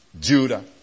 Judah